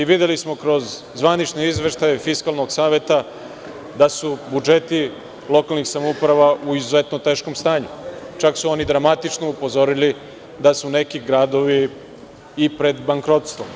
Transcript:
Videli smo kroz zvanične izveštaje Fiskalnog saveta da su budžeti lokalnih samouprava u izuzetno teškom stanju, čak su oni dramatično upozorili da su neki radovi i pred bankrotstvom.